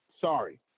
Sorry